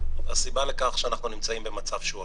הסיבה לכך שאנחנו נמצאים במצב שהוא עגום.